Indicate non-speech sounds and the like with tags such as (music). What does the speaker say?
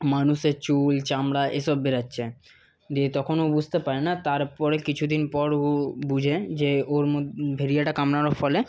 মানুষের চুল চামড়া এইসব বেরোচ্ছে দিয়ে তখন ও বুঝতে পারে না তারপরে কিছুদিন পর উ বুঝে যে ওর (unintelligible) ভেড়িয়াটা কামড়ানোর ফলে